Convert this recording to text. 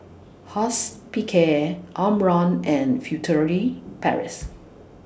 Hospicare Omron and Furtere Paris